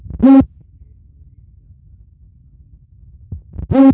मेरे ताऊजी चारा लगाकर मछलियां पकड़ते हैं